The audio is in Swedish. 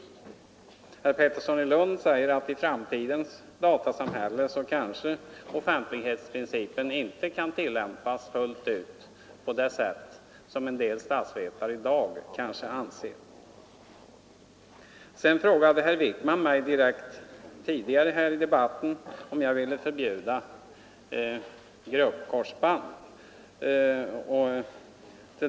Herr Pettersson i Lund säger att offentlighetsprincipen i framtidens datasamhälle kanske inte kan tillämpas fullt ut på det sätt som en del statsvetare anser. Herr Wijkman frågade mig tidigare i debatten om jag ville förbjuda gruppkorsband.